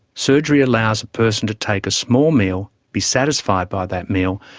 surgery allows a person to take a small meal, be satisfied by that meal,